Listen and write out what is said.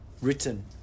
written